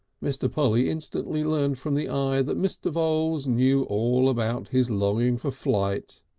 mr. polly instantly learnt from the eye that mr. voules knew all about his longing for flight.